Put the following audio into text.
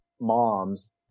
moms